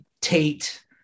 Tate